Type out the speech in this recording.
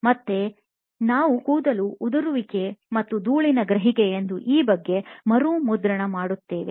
ಮತ್ತೆ ನಾನು ಕೂದಲು ಉದುರುವಿಕೆ ಮತ್ತು ಧೂಳಿನ ಗ್ರಹಿಕೆ ಎಂದು ಈ ಬಗ್ಗೆ ಮರುಮುದ್ರಣ ಮಾಡುತ್ತೇನೆ